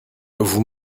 vous